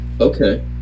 Okay